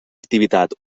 activitat